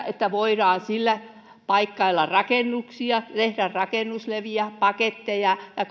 että voidaan sillä paikkailla rakennuksia tehdä rakennuslevyjä ja paketteja ja